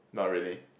not really